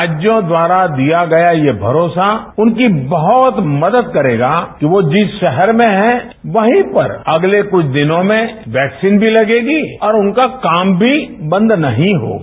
राज्यों द्वारा दिया गया ये भरोसा उनकी बहत मदद करेगा कि वो जिस शहर में है अगले कुछ दिनों में वैक्सीन भी लगेगी और उनका काम भी बंद नहीं होगा